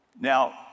Now